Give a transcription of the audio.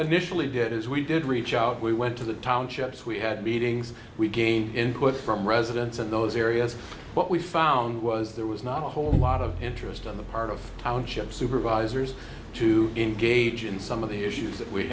initially did is we did reach out we went to the townships we had meetings we gain input from residents in those areas what we found was there was not a whole lot of interest on the part of township supervisors to engage in some of the issues we had we